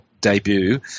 debut